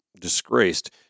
disgraced